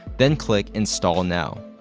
then click install now.